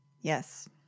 Yes